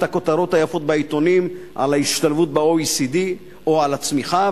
את הכותרות היפות בעיתונים על ההשתלבות ב-OECD או על הצמיחה,